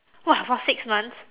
!wah! for six months